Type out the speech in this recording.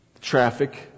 traffic